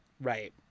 Right